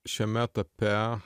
šiame etape